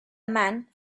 man